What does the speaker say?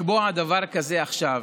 לקבוע דבר כזה עכשיו